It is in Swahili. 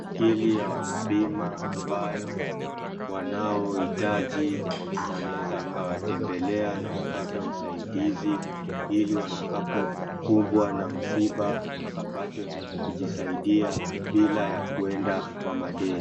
Hii ni ya wana bima ya ambayo wanaohitaji wanaweza kawatembelea na kupata usaidizi. Hili watakapo kumbwa na msiba wakapate kujisaidia bila ya kwenda kwa madeni.